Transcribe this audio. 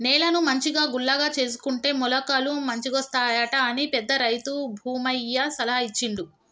నేలను మంచిగా గుల్లగా చేసుకుంటే మొలకలు మంచిగొస్తాయట అని పెద్ద రైతు భూమయ్య సలహా ఇచ్చిండు